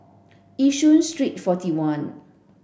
Yishun Street forty one